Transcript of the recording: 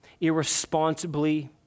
irresponsibly